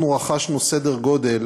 אנחנו רכשנו סדר גודל